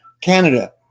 Canada